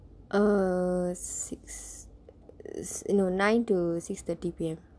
err six no nine to six thirty P_M